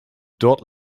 dort